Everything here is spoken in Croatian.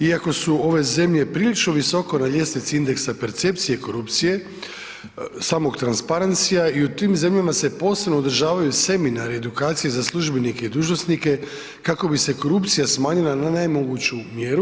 Iako su ove zemlje prilično visoko na ljestvici indeksa percepcije korupcije, samog transparensia i u tim zemljama se posebno održavaju seminari i edukacije za službenike i dužnosnike kako bi se korupcija smanjila na najmanje moguću mjeru.